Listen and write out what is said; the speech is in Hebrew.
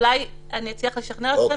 ואולי אצליח לשכנע אתכם.